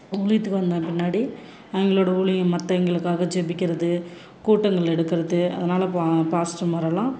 ஊழியத்துக்கு வந்த பின்னாடி அவங்களோட ஊழியம் மத்தவங்களுக்காக ஜெபிக்கிறது கூட்டங்கள் எடுக்கிறது அதனால் பா பாஸ்ட்ர்மாரெல்லாம்